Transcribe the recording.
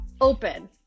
open